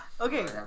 okay